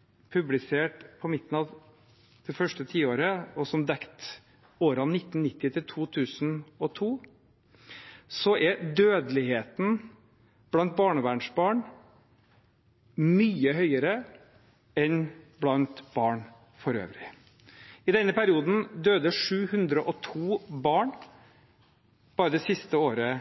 passe på? Jo, ifølge en undersøkelse som Norsk institutt for by- og regionforskning publiserte i midten av det første tiåret av 2000-tallet, og som dekte årene 1990–2002, er dødeligheten blant barnevernsbarn mye større enn blant barn for øvrig. I denne perioden døde 702 barn – 114 bare det siste året.